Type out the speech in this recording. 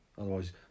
otherwise